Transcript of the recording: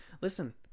listen